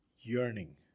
yearning